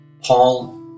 Paul